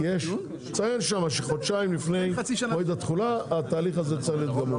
-- ציין שמה שחודשיים לפני מועד התחולה התהליך הזה צריך להיות גמור.